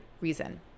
reason